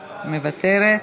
מוותרת.